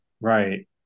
right